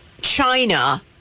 China